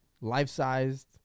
life-sized